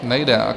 Nejde.